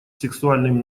сексуальным